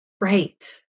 Right